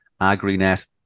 AgriNet